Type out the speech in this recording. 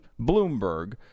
Bloomberg